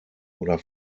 oder